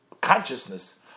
consciousness